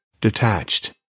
detached